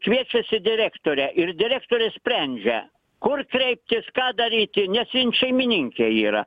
kviečiasi direktorę ir direktorė sprendžia kur kreiptis ką daryti nes šeimininkė yra